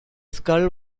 skull